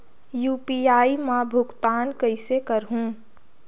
UPI मा भुगतान कइसे करहूं?